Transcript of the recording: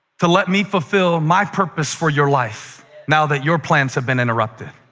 to let me fulfill my purpose for your life now that your plans have been interrupted.